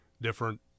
different